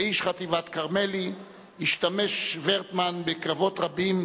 כאיש חטיבת כרמלי השתתף ורטמן בקרבות רבים,